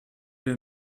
der